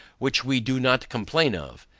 which we do not complain of,